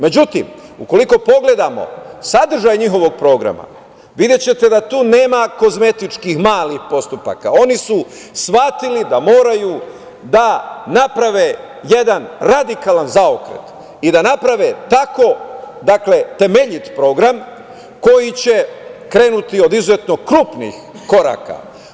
Međutim, ukoliko pogledamo sadržaj njihovog programa videćete da tu nema kozmetičkih malih postupaka, oni su shvatili da moraju da naprave jedan radikalan zaokret i da naprave tako temeljit program koji će krenuti od izuzetnog krupnih koraka.